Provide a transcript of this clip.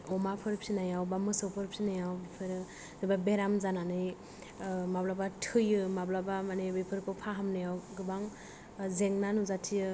अमाफोर फिनायाव बा मोसौफोर फिनायाव बेफोरो जेनबा बेराम जानानै माब्लाबा थैयो माब्लाबा माने बेफोरखौ फाहामनायाव गोबां जेंना नुजाथियो